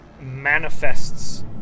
manifests